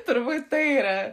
turbūt tai yra